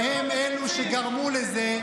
והם אלו שגרמו לזה,